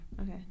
Okay